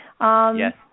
Yes